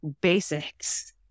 basics